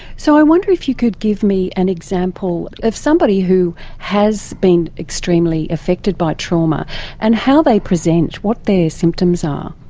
so i wonder if you could give me an example of somebody who has been extremely affected by trauma and how they present, what their symptoms are.